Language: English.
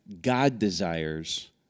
God-desires